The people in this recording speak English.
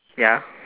ya